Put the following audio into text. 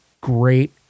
great